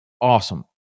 awesome